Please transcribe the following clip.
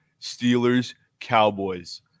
Steelers-Cowboys